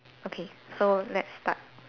okay so let's start